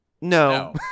no